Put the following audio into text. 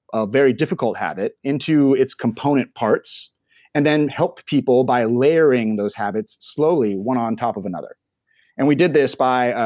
ah very difficult habit into its component parts and then help people by layering those habits slowly, one on top of another and we did this by.